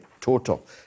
total